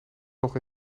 nog